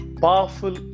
Powerful